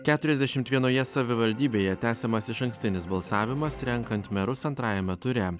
keturiasdešim vienoje savivaldybėje tęsiamas išankstinis balsavimas renkant merus antrajame ture